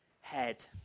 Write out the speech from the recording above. head